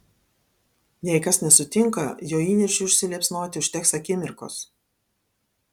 jei kas nesutinka jo įniršiui užsiliepsnoti užteks akimirkos